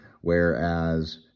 whereas